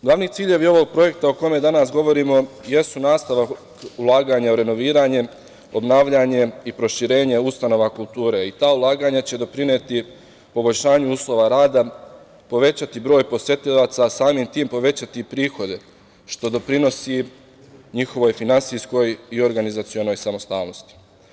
Glavni ciljevi ovog projekta o kome danas govorimo jesu nastavak ulaganja renoviranjem, obnavljanjem i proširenje ustanova kulture i ta ulaganja će doprineti poboljšanju uslova rada, povećati broj posetilaca, a samim tim povećati prihode, što doprinosi njihovoj finansijskoj i organizacionoj samostalnosti.